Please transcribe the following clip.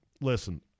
Listen